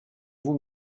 vous